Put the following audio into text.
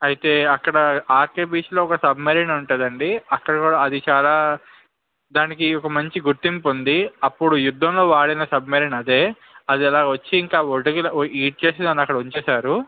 అయితే అక్కడ ఆర్కె బీచ్లో ఒక సబ్మెరీన్ ఉంటుందండి అక్కడ కూడా అది చాలా దానికి ఒక మంచి గుర్తింపు ఉంది అప్పుడు యుద్ధంలో వాడిన సబ్మెరీన్ అదే అది అలా వచ్చి ఇంకా ఒడ్డు మీదకి ఈడ్చేసి దాన్ని ఉంచేసారు